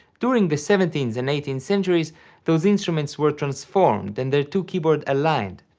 during the seventeenth and eighteenth centuries those instruments were transformed and their two keyboard aligned,